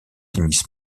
tennis